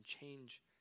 change